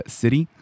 city